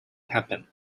happen